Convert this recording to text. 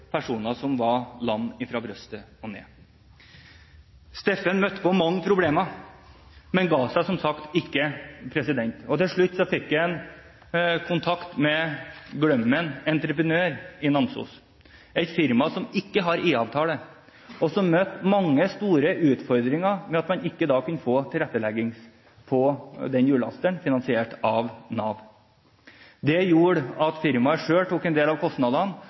personer som var lamme fra brystet og ned. Steffen møtte på mange problemer, men ga seg som sagt ikke. Til slutt fikk han kontakt med Glømmen Entreprenør i Namsos, et firma som ikke har IA-avtale, og som møtte mange store utfordringer fordi man ikke fikk tilrettelegging av hjullasteren finansiert av Nav. Det gjorde at firmaet selv tok en del av kostnadene,